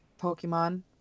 Pokemon